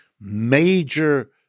major